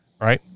right